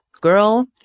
Girl